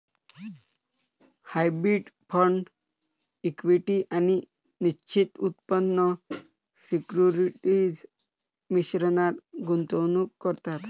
hybrid fund equity आणि निश्चित उत्पन्न सिक्युरिटीज मिश्रणात गुंतवणूक करतात